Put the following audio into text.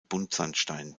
buntsandstein